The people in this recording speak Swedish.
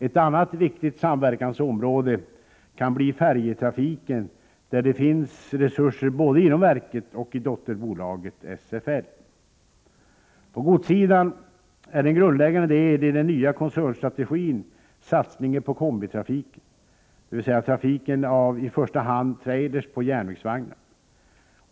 Ett annat viktigt samverkansområde kan bli färjetrafiken, där det finns resurser både inom verket och i dotterbolaget SFL. På godssidan är en grundläggande del i den nya koncernstrategin satsningen på kombitrafiken, dvs. trafiken med i första hand trailers på järnvägsvagnar.